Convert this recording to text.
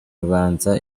ubanza